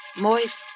moist